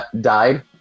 died